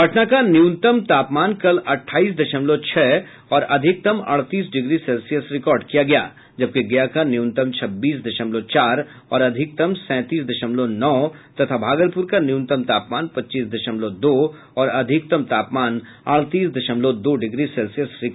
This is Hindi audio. पटना का न्यूनतम तापमान कल अट्ठाईस दशमलव छह और अधिकतम अड़तीस डिग्री सेल्सियस रिकार्ड किया गया जबकि गया का न्यूनतम छब्बीस दशमलव चार और अधिकतम तापमान सैतीस दशमलव नौ तथा भागलपुर का न्यूनतम तापमान पच्चीस दशमलव दो और अधिकतम अड़तीस दशमलव दो डिग्री सेल्सियस रहा